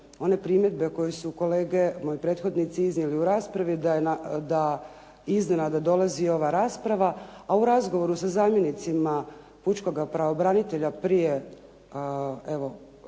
one primjedbe koje su kolege, moji prethodnici iznijeli u raspravi da iznenada dolazi ova rasprava, a u razgovoru sa zamjenicima pučkoga pravobranitelja prije, evo